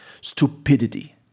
stupidity